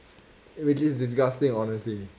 which is disgusting honestly